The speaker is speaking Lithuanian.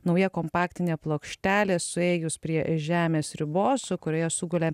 nauja kompaktinė plokštelė suėjus prie žemės ribos kurioje sugulė